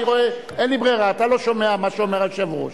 אין לי ברירה, אתה לא שומע מה שאומר היושב-ראש.